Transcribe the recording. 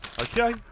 Okay